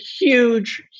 huge